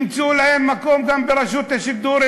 ימצאו להם מקום גם ברשות השידור,